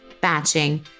batching